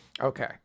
Okay